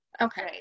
Okay